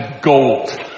gold